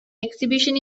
exhibition